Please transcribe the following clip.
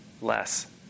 less